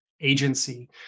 agency